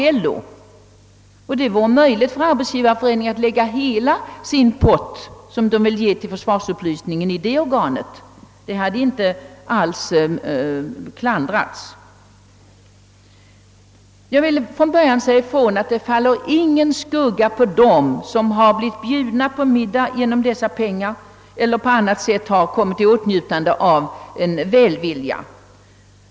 Det hade varit möjligt för Arbetsgivareföreningen att lägga hela den pott, som de vill ge till försvarsupplysningen, i det organet. Det skulle inte ha klandrats. Jag vill från början säga ifrån att det faller ingen skugga på dem som blivit bjudna på middag genom dessa pengar eller på annat sätt kommit i åtnjutande av välvilja.